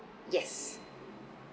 yes